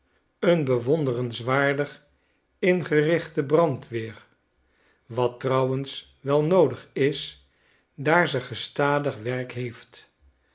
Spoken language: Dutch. een bewonderenswaardig ingerichte brand weer wat trouwens wel noodig is daar ze gestadig werk heeft